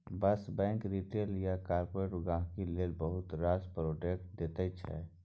yes Bank retail आ corporate गांहिकी लेल बहुत रास प्रोडक्ट दैत छै